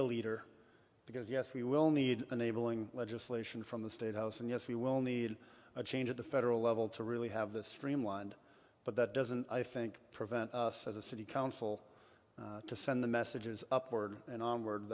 a leader because yes we will need enabling legislation from the state house and yes we will need a change at the federal level to really have this streamlined but that doesn't i think prevent us as a city council to send the messages upward and onward